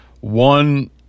one